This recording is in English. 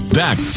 back